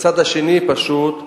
והצד השני פשוט ברח,